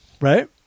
right